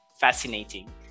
fascinating